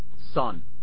son